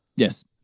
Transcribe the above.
Yes